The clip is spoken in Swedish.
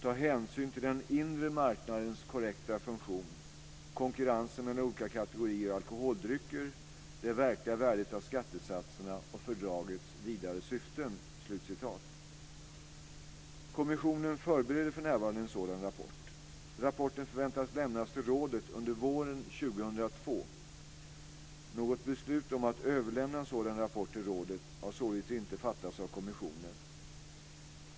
"ta hänsyn till den inre marknadens korrekta funktion, konkurrensen mellan olika kategorier av alkoholdrycker, det verkliga värdet av skattesatserna och fördragets vidare syften". Kommissionen förbereder för närvarande en sådan rapport. Rapporten förväntas lämnas till rådet under våren 2002. Något beslut om att överlämna en sådan rapport till rådet har således inte fattats av kommissionen.